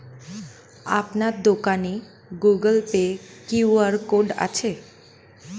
আপনার দোকানে Google Pay QR code আছে?